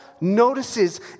notices